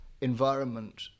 environment